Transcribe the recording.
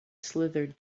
slithered